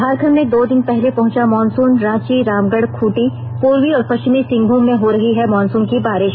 झारखंड में दो दिन पहले पहुंचा मॉनसून रांची रामगढ़ खूंटी पूर्वी और पष्चिमी सिंहभूम में हो रही है मॉनसून की बारिष